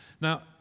now